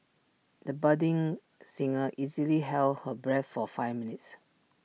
the budding singer easily held her breath for five minutes